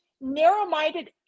narrow-minded